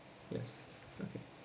yes okay